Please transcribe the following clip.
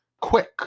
quick